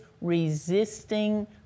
resisting